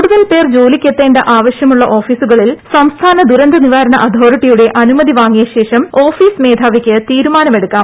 കൂടുതൽ പേർ ജോലിക്കെത്തേണ്ട ആവശ്യമുള്ള ഓഫീസുക ളിൽ സംസ്ഥാന ദൂരന്ത നിവാരണ അതോറിറ്റിയുടെ അനുമതി വാങ്ങിയ ശേഷം ഓഫീസ് മേധാവിക്ക് തീരുമാനമെടുക്കാം